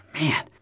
man